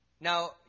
Now